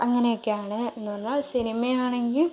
അങ്ങനെയൊക്കെയാണ് എന്ന് പറഞ്ഞാൽ സിനിമയാണെങ്കിൽ